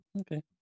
Okay